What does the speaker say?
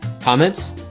Comments